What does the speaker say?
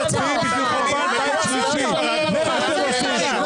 כולכם מצביעים בשביל חורבן בית שלישי ------ זה מה שאתם עושים.